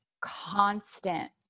constant